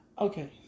Okay